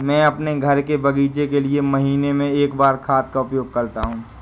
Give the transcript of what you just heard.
मैं अपने घर के बगीचे के लिए महीने में एक बार खाद का उपयोग करता हूँ